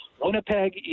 Winnipeg